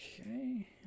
Okay